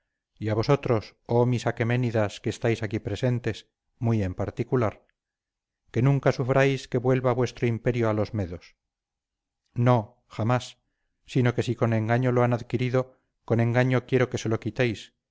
a vosotros oh mis aqueménidas que estáis aquí presentes muy en particular que nunca sufráis que vuelva vuestro imperio a los medos no jamás sino que si con engaño lo han adquirido con engaño quiero que se lo quitéis si